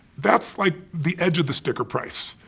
that's like the edge of the sticker price.